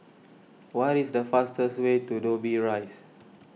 what is the fastest way to Dobbie Rise